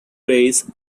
rays